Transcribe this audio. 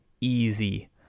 easy